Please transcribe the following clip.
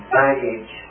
baggage